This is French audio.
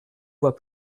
voix